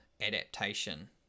adaptation